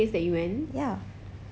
far east plaza